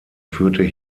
führte